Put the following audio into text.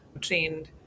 trained